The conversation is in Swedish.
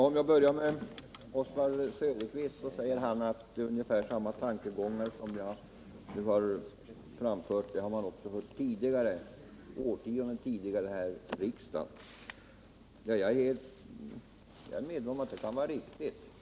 Herr talman! Oswald Söderqvist säger att ungefär samma tongångar som jag nu har framfört har man hört tidigare under årtionden här i riksdagen. Jag är medveten om att det kan vara riktigt.